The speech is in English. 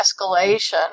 escalation